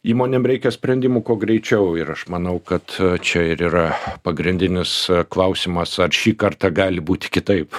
įmonėm reikia sprendimų kuo greičiau ir aš manau kad čia ir yra pagrindinis klausimas ar šį kartą gali būti kitaip